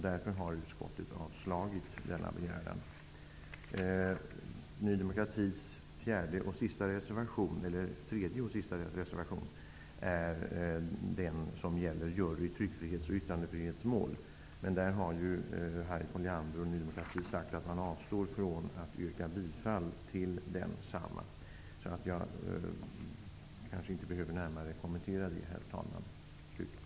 Därför har utskottet avstyrkt denna begäran. Ny demokratis tredje och sista reservation är den som gäller jury i tryckfrihets och yttrandefrihetsmål. Där har Harriet Colliander och Ny demokrati sagt att man avstår från att yrka bifall till densamma. Jag kanske inte närmare behöver kommentera den reservationen, herr talman.